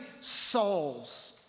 souls